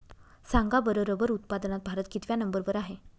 सांगा बरं रबर उत्पादनात भारत कितव्या नंबर वर आहे?